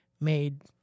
made